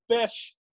fish